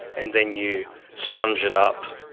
and then you sponge it up,